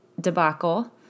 debacle